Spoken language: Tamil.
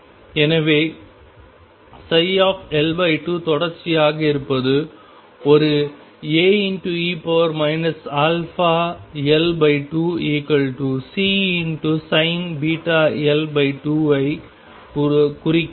எனவே L2 தொடர்ச்சியாக இருப்பது ஒரு A e αL2Csin βL2 ஐ குறிக்கிறது